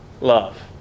love